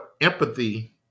empathy